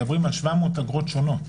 מדברים על 700 אגרות שונות.